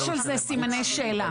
ההיפך, יש לה למה להסתיר.